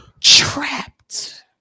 trapped